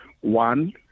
One